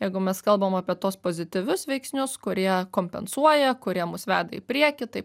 jeigu mes kalbam apie tuos pozityvius veiksnius kurie kompensuoja kurie mus veda į priekį taip